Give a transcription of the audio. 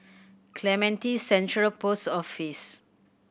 Clementi Central Post Office